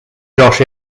josh